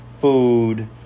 food